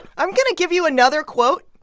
i'm going to give you another quote.